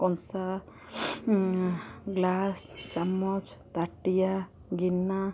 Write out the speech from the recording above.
କଂସା ଗ୍ଲାସ୍ ଚାମଚ ତାଟିଆ ଗିନା